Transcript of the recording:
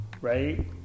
right